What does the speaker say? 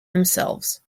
themselves